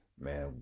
man